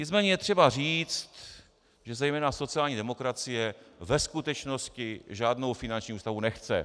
Nicméně je třeba říci, že zejména sociální demokracie ve skutečnosti žádnou finanční ústavu nechce.